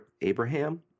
Abraham